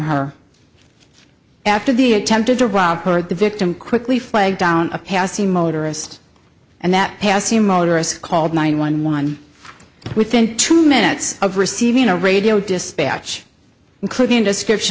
her after the attempted to rob her the victim quickly flagged down a passing motorist and that passing motorists called nine one one within two minutes of receiving a radio dispatch including description